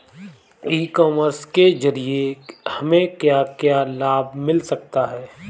ई commerce के ज़रिए हमें क्या क्या लाभ मिल सकता है?